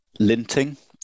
Linting